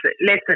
listen